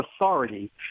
authority